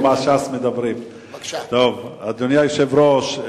אדוני היושב-ראש,